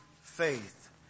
faith